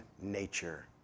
nature